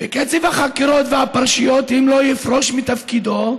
בקצב החקירות והפרשיות, אם לא יפרוש מתפקידו.